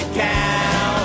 cow